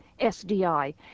sdi